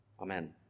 Amen